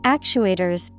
Actuators